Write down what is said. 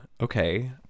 okay